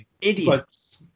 Idiots